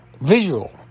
visual